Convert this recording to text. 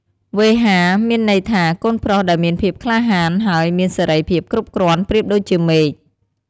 វេហា មានន័យថា កូនប្រុសដែលមានភាពក្លាហាន ហើយមានសេរីភាពគ្រប់គ្រាន់ ប្រៀបដូចជាមេឃ។